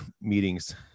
meetings